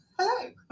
hello